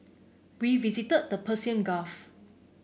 we visited the Persian Gulf